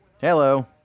Hello